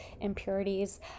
impurities